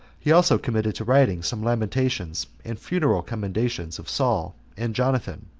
he also committed to writing some lamentations and funeral commendations of saul and jonathan,